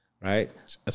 Right